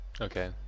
okay